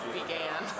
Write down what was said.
began